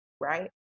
right